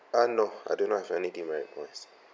uh no I do not have any demerit points